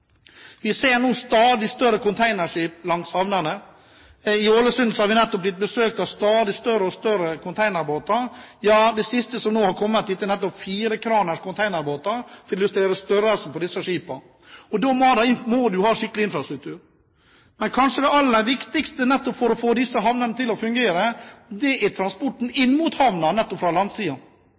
Vi ser nå stadig større containerskip langs havnene. I Ålesund har vi blitt besøkt av stadig større containerbåter, ja, det siste som har kommet dit, er firekraners containerbåter – for å illustrere størrelsen på disse skipene. Da må man ha skikkelig infrastruktur. Men kanskje det aller viktigste for å få disse havnene til å fungere er transporten inn mot havna fra